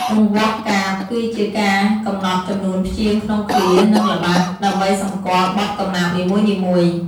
រង្វាស់កាព្យ គឺជាការកំណត់ចំនួនព្យាង្គក្នុងឃ្លា និងល្បះ ដើម្បីសម្គាល់បទកំណាព្យនីមួយៗ។